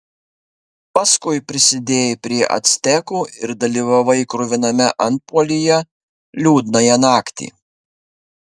paskui prisidėjai prie actekų ir dalyvavai kruviname antpuolyje liūdnąją naktį